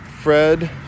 Fred